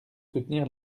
soutenir